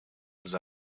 als